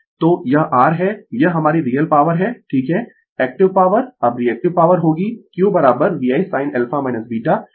तो यह r है यह हमारी रियल पॉवर है ठीक है एक्टिव पॉवर अब रीएक्टिव पॉवर होगी Q VI sin α β